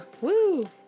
Woo